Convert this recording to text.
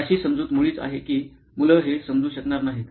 अशी समजूत मुळीच आहे की मुलं हे समजू शकणार नाहीत